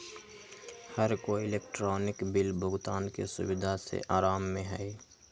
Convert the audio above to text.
हर कोई electronic bill भुगतान के सुविधा से आराम में हई